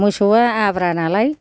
मोसौआ आब्रा नालाय